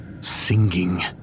singing